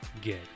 get